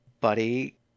buddy